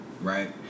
right